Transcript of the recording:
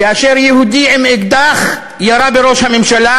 כאשר יהודי עם אקדח ירה בראש הממשלה,